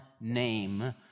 name